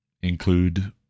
include